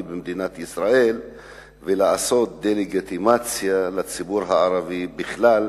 במדינת ישראל ולעשות דה-לגיטימציה לציבור הערבי בכלל,